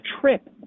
trip